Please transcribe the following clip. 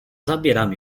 zabieram